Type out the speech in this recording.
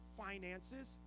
finances